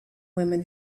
women